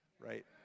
right